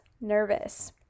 nervous